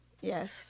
Yes